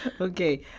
Okay